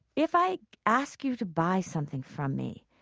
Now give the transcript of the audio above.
if i ask you to buy something from me,